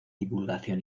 divulgación